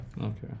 Okay